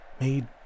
made